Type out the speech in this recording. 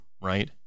right